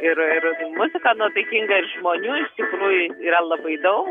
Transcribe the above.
ir ir muzika nuotaikinga ir žmonių iš tikrųjų yra labai daug